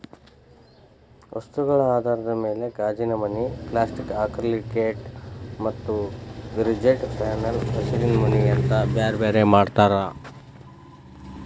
ವಸ್ತುಗಳ ಆಧಾರದ ಮ್ಯಾಲೆ ಗಾಜಿನಮನಿ, ಪ್ಲಾಸ್ಟಿಕ್ ಆಕ್ರಲಿಕ್ಶೇಟ್ ಮತ್ತ ರಿಜಿಡ್ ಪ್ಯಾನೆಲ್ ಹಸಿರಿಮನಿ ಅಂತ ಬ್ಯಾರ್ಬ್ಯಾರೇ ಮಾಡ್ತಾರ